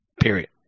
period